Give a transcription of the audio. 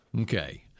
Okay